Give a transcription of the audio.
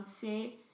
say